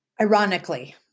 Ironically